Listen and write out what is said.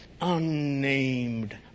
unnamed